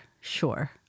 sure